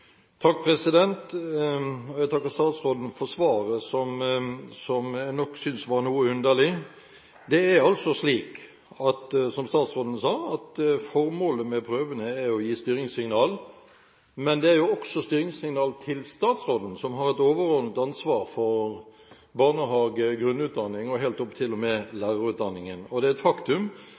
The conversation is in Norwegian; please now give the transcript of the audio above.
Jeg takker statsråden for svaret, som jeg nok syntes var noe underlig. Det er altså slik, som statsråden sa, at formålet med prøvene er å gi styringssignal, men det er også styringssignal til statsråden, som har et overordnet ansvar for barnehagen, grunnutdanningen og helt opp til og med lærerutdanningen. Og det er et faktum